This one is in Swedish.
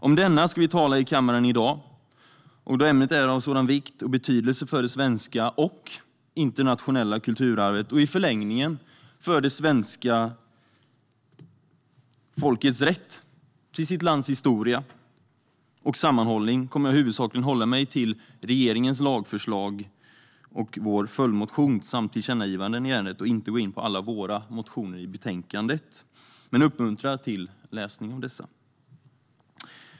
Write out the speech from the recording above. Om denna ska vi tala i kammaren i dag, och då ämnet är av sådan vikt och betydelse för det svenska och internationella kulturarvet och i förlängningen för det svenska folkets rätt till sitt lands historia och sammanhållning kommer jag huvudsakligen att hålla mig till regeringens lagförslag och vår följdmotion samt tillkännagivanden i ärendet och inte gå in på alla våra motioner i betänkandet, men jag uppmuntrar till läsning av dessa.